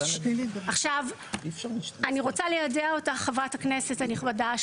עכשיו אני רוצה ליידע אותך חברת הכנסת הנכבדה,